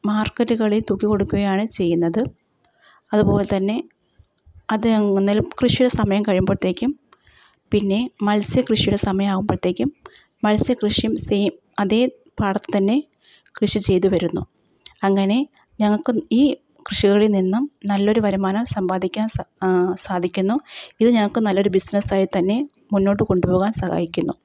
മാർക്കറ്റുകളിൽ തൂക്കി കൊടുക്കുയാണ് ചെയ്യുന്നത് അതുപോലെ തന്നെ അത് ൻ നെൽകൃഷിയുടെ സമയം കഴിയുമ്പോഴത്തേക്കും പിന്നെ മത്സ്യകൃഷിയുടെ സമയം ആകുമ്പോഴത്തേക്കും മത്സ്യക്കൃഷിയും സെയിം അതേ പാടത്ത് തന്നെ കൃഷി ചെയ്തുവരുന്നു അങ്ങനെ ഞങ്ങൾക്ക് ഈ കൃഷികളിൽ നിന്നും നല്ലൊരു വരുമാനം സമ്പാദിക്കാൻ സാ സാധിക്കുന്നു ഇത് ഞങ്ങൾക്ക് നല്ലൊരു ബിസിനസ് ആയി തന്നെ മുന്നോട്ട് കൊണ്ടുപോകാൻ സഹായിക്കുന്നു